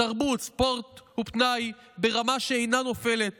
תרבות, ספורט ופנאי ברמה שאינה נופלת